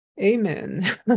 Amen